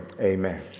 amen